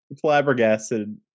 flabbergasted